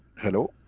hello?